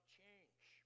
change